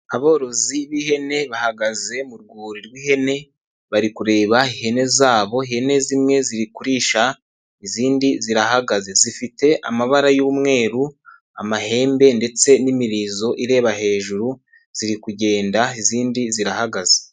Aborozi b'ihene bahagaze mu rwuri rw'ihene bari kureba ihene zabo, ihene zimwe ziri kurisha izindi zirahagaze, zifite amabara y'umweru, amahembe ndetse n'imirizo ireba hejuru ziri kugenda izindi zirahagaze.